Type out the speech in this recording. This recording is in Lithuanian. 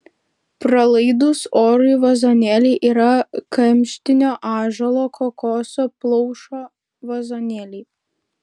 pralaidūs orui vazonėliai yra kamštinio ąžuolo kokoso plaušo vazonėliai